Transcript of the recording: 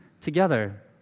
together